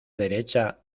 derecha